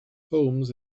holmes